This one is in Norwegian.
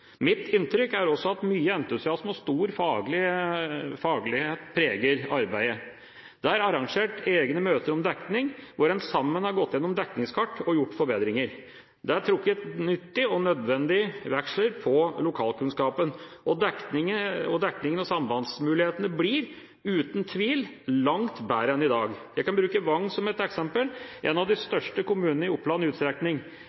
stor faglighet preger arbeidet. Det er arrangert egne møter om dekning, hvor en sammen har gått igjennom dekningskart og gjort forbedringer. Det er trukket nyttig og nødvendig veksel på lokalkunnskapen, og dekningen og sambandsmulighetene blir uten tvil langt bedre enn i dag. Jeg kan bruke Vang som et eksempel – en av de